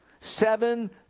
seven